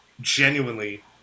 genuinely